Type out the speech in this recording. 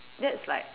that's like